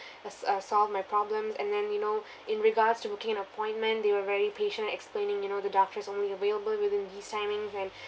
s~ uh solve my problems and then you know in regards to booking an appointment they were very patient explaining you know the doctors only available within these timings and